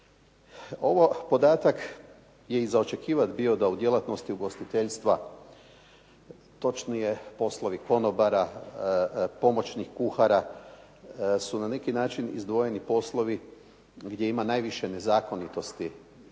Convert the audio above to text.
Ovaj podatak je i za očekivati bio da u djelatnosti ugostiteljstva točnije poslovi konobara, pomoćnih kuhara su na neki način izdvojeni poslovi gdje ima najviše nezakonitosti